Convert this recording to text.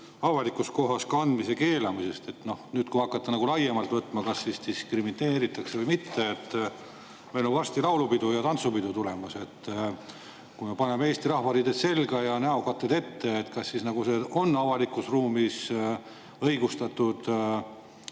avalikus kohas kandmise keelamisest. Kui võtta nagu laiemalt, kas siis diskrimineeritakse või mitte … Meil on varsti laulupidu ja tantsupidu tulemas. Kui me paneme eesti rahvariided selga ja näokatted ette, kas siis see on avalikus ruumis õigustatud